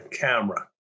camera